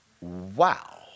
Wow